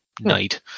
night